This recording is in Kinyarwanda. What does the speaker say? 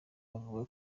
avuga